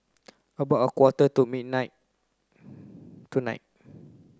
about a quarter to midnight tonight